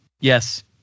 Yes